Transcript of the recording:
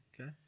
Okay